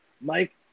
Mike